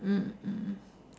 mm mm mm